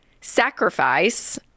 sacrifice